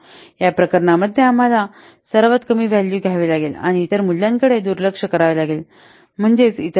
या प्रकरणांमध्ये आम्हाला सर्वात कमी व्हॅल्यू घ्यावे लागेल आणि इतर मूल्यांकडे दुर्लक्ष करावे लागेल म्हणजेच इतर दर